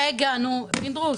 רגע, פינדרוס.